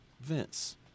Vince